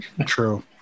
True